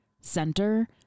center